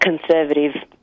conservative